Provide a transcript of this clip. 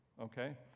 okay